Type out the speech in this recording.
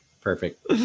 perfect